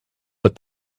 but